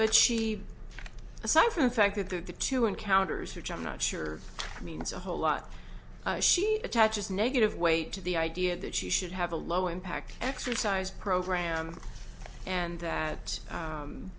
but she aside from the fact that the two encounters which i'm not sure i mean it's a whole lot she attaches negative weight to the idea that she should have a low impact exercise program and that